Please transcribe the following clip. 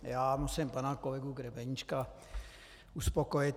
Já musím pana kolegu Grebeníčka uspokojit.